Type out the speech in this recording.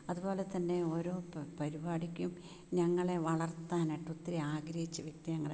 അതുപോലതന്നെ ഓരോ പരിപാടിക്കും ഞങ്ങളെ വളർത്താനായിട്ട് ഒത്തിരി ആഗ്രഹിച്ച വ്യക്തിയാണ് ഞങ്ങളുടെ അപ്പച്ചൻ